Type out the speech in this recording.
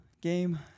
game